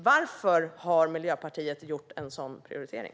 Varför har Miljöpartiet gjort en sådan prioritering?